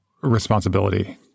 responsibility